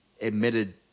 admitted